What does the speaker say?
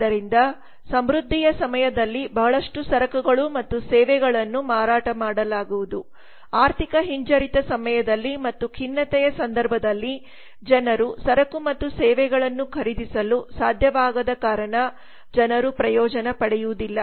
ಆದ್ದರಿಂದ ಸಮೃದ್ಧಿಯ ಸಮಯದಲ್ಲಿ ಬಹಳಷ್ಟು ಸರಕುಗಳು ಮತ್ತು ಸೇವೆಗಳನ್ನು ಮಾರಾಟ ಮಾಡಲಾಗುವುದು ಆರ್ಥಿಕ ಹಿಂಜರಿತದ ಸಮಯದಲ್ಲಿ ಮತ್ತು ಖಿನ್ನತೆಯ ಸಂದರ್ಭದಲ್ಲಿ ಜನರು ಸರಕು ಮತ್ತು ಸೇವೆಗಳನ್ನು ಖರೀದಿಸಲು ಸಾಧ್ಯವಾಗದ ಕಾರಣ ಜನರು ಪ್ರಯೋಜನ ಪಡೆಯುವುದಿಲ್ಲ